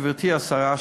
גברתי השרה,